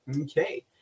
Okay